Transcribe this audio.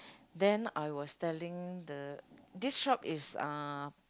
then I was telling the this shop is uh